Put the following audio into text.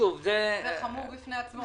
זה חמור בפני עצמו.